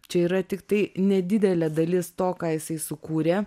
čia yra tiktai nedidelė dalis to ką jisai sukūrė